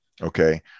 okay